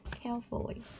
carefully